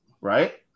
right